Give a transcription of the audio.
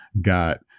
got